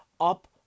up